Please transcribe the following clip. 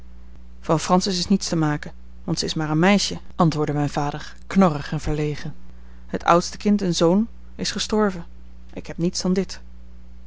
van francis is niets te maken want zij is maar een meisje antwoordde mijn vader knorrig en verlegen het oudste kind een zoon is gestorven ik heb niets dan dit